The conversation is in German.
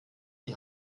die